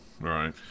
right